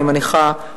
אני מניחה,